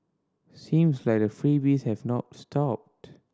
seems like the freebies have not stopped